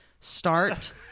start